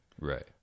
Right